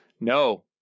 No